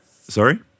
Sorry